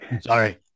Sorry